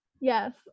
Yes